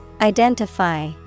Identify